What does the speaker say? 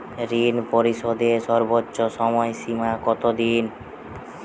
ঋণ পরিশোধের সর্বোচ্চ সময় সীমা কত দিন?